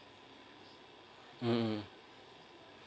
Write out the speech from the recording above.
mmhmm